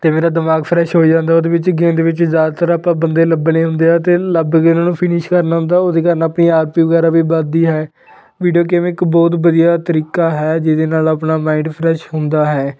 ਅਤੇ ਮੇਰਾ ਦਿਮਾਗ ਫਰੈਸ਼ ਹੋ ਜਾਂਦਾ ਉਹਦੇ ਵਿੱਚ ਗੇਮ ਦੇ ਵਿੱਚ ਜ਼ਿਆਦਾਤਰ ਆਪਾਂ ਬੰਦੇ ਲੱਭਣੇ ਹੁੰਦੇ ਆ ਅਤੇ ਲੱਭ ਕੇ ਉਹਨਾਂ ਨੂੰ ਫਿਨਿਸ਼ ਕਰਨਾ ਹੁੰਦਾ ਉਹਦੇ ਕਾਰਨ ਆਪਣੀ ਆਰ ਪੀ ਵਗੈਰਾ ਵੀ ਵੱਧਦੀ ਹੈ ਵੀਡੀਓ ਗੇਮ ਇੱਕ ਬਹੁਤ ਵਧੀਆ ਤਰੀਕਾ ਹੈ ਜਿਹਦੇ ਨਾਲ ਆਪਣਾ ਮਾਇੰਡ ਫਰੈਸ਼ ਹੁੰਦਾ ਹੈ